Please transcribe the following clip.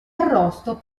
arrosto